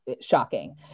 shocking